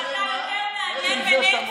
של ערוץ 20 אומר שאתה יותר מעניין מנטפליקס.